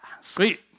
sweet